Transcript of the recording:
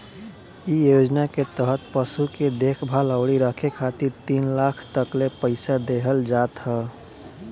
इ योजना के तहत पशु के देखभाल अउरी रखे खातिर तीन लाख तकले पईसा देहल जात ह